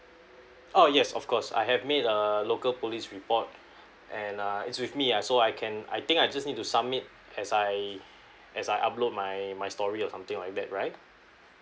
oh yes of course I have made a local police report and uh it's with me ah so I can I think I just need to submit as I as I upload my my story or something like that right